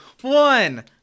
one